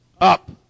up